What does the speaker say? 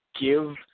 give